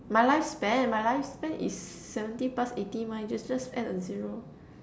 my life span my life span is seventy plus eighty mah just just add a zero